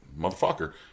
motherfucker